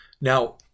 Now